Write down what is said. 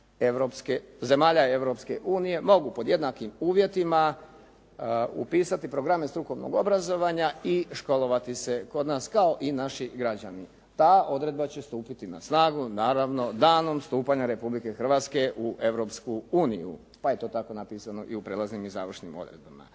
zemalja Europske unije mogu pod jednakim uvjetima upisati programe strukovnog obrazovanja i školovati se kod nas kao i naši građani. Ta odredba će stupiti na snagu naravno danom stupanja Republike Hrvatske u Europsku uniju, pa je to tako napisano i u prijelaznim i završnim odredbama.